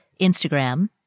Instagram